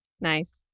Nice